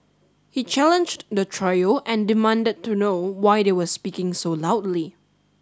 he challenged the trio and demanded to know why they were speaking so loudly